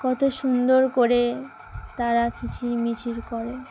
কত সুন্দর করে তারা কিচিরমিচির করে